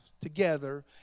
together